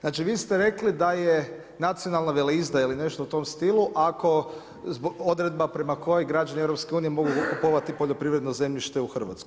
Znači, vi ste rekli da je nacionalna veleizdaja ili nešto u tom stilu ako odredba prema kojoj građani EU mogu kupovati poljoprivredno zemljište u Hrvatskoj.